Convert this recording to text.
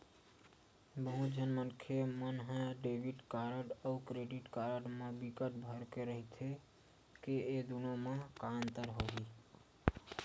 बहुत झन मनखे मन ह डेबिट कारड अउ क्रेडिट कारड म बिकट भरम रहिथे के ए दुनो म का अंतर होही?